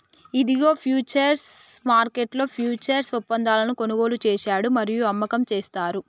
ఇదిగో ఫ్యూచర్స్ మార్కెట్లో ఫ్యూచర్స్ ఒప్పందాలను కొనుగోలు చేశాడు మరియు అమ్మకం చేస్తారు